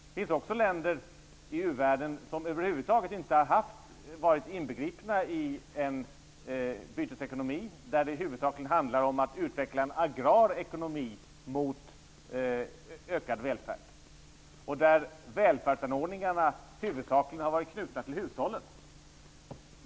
Det finns också länder i u-världen som över huvud taget inte har varit inbegripna i en bytesekonomi, där det huvudsakligen handlar om att utveckla en agrar ekonomi för att nå ökad välfärd, och där välfärdsanordningarna huvudsakligen har varit knutna till hushållen.